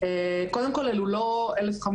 קודם כל זה לא 1,500,